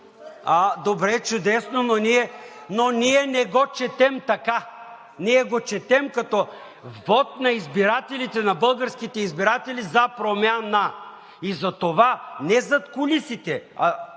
„Добре, чудесно!“, но ние не го четем така. Ние го четем като вот на избирателите – на българските избиратели, за промяна. Затова не зад кулисите, а